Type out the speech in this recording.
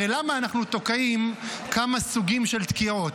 הרי למה אנחנו תוקעים כמה סוגים של תקיעות?